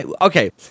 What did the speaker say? Okay